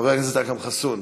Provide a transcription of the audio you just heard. חבר הכנסת אכרם חסון,